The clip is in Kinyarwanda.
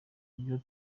byo